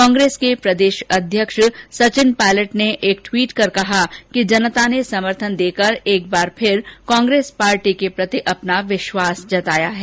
कांग्रेस के प्रदेश अध्यक्ष सचिन पायलट ने एक ट्वीट कर कहा कि जनता ने समर्थन देकर एक बार फिर कांग्रेस पार्टी के प्रति अपना विश्वास जताया है